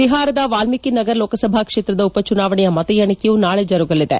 ಬಿಹಾರದ ವಾಲ್ನೀಕಿ ನಗರ್ ಲೋಕಸಭಾಕ್ಷೇತ್ರದ ಉಪಚುನಾವಣೆಯ ಮತ ಎಣಿಕೆಯೂ ಸಹ ನಾಳೆ ಜರುಗಲಿದೆ